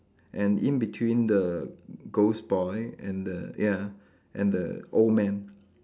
and in between the ghost boy and the ya and the old man